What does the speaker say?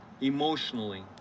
emotionally